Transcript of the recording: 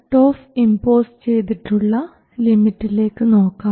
ഇനി cutoff impose ചെയ്തിട്ടുള്ള ലിമിറ്റിലേക്ക് നോക്കാം